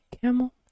Camel